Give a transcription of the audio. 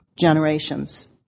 generations